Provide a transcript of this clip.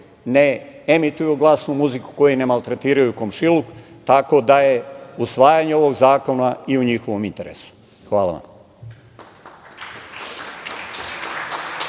ne emituju glasnu muziku, i ne maltretiraju komšiluk, tako da je usvajanje ovog zakona i u njihovom interesu. Hvala vam.